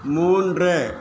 மூன்று